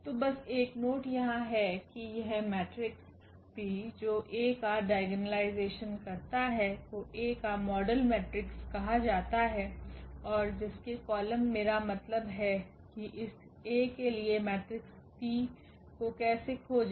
तो बस एक नोट यहाँ है कि यह मेट्रिक्स P जो A का डायगोनालायजेशन करता है को A का मॉडल मेट्रिक्स कहा जाता है और जिसके कॉलम मेरा मतलब है कि इस A के लिए मेट्रिक्स P को कैसे खोजें